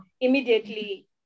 immediately